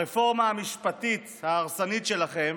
הרפורמה המשפטית ההרסנית שלכם